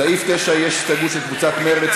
לסעיף 9 יש הסתייגות של קבוצות מרצ,